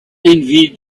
envy